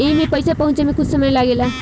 एईमे पईसा पहुचे मे कुछ समय लागेला